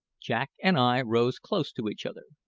jack and i rose close to each other.